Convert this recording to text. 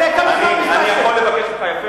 כי אני רוצה לדבר?